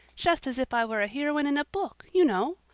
just as if i were a heroine in a book, you know.